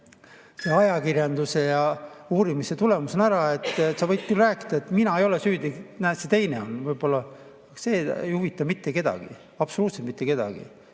ajakirjanduse ja uurimise tulemusena ära. Sa võid küll rääkida, et mina ei ole süüdi, näed, see teine on, aga see ei huvita mitte kedagi, absoluutselt mitte kedagi.